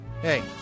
Hey